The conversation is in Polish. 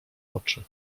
oczy